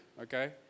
okay